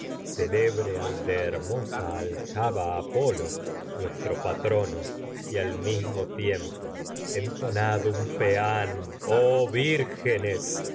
al de hermosa aljaba apolo un nuestro patrono mismo tiempo entonad peán oh